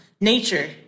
Nature